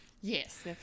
Yes